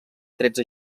tretze